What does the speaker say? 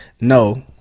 no